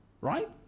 right